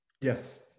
yes